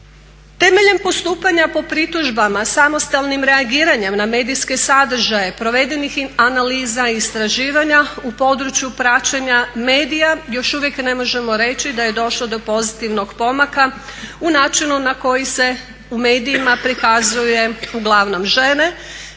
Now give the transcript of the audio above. Temeljem postupanja po pritužbama samostalnim reagiranjem na medijske sadržaje, provedenih analiza istraživanja u području praćenja medija još uvijek ne možemo reći da je došlo do pozitivnog pomaka u načinu na koji se u medijima prikazuje uglavnom žene,